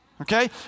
okay